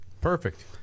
perfect